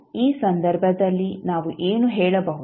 ಆದ್ದರಿಂದ ಈ ಸಂದರ್ಭದಲ್ಲಿ ನಾವು ಏನು ಹೇಳಬಹುದು